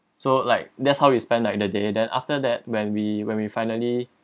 so like that's how you spend like the day then after that when we when we finally